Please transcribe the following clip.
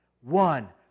one